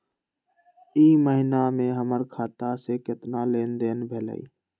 ई महीना में हमर खाता से केतना लेनदेन भेलइ?